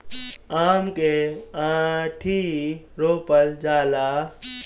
आम के आंठी रोपल जाला